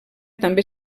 també